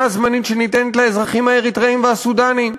הזמנית שניתנת לאזרחים האריתריאים והסודאנים.